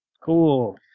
Cool